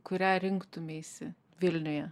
kurią rinktumeisi vilniuje